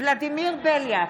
ולדימיר בליאק,